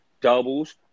doubles